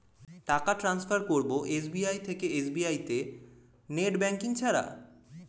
টাকা টান্সফার করব এস.বি.আই থেকে এস.বি.আই তে নেট ব্যাঙ্কিং ছাড়া?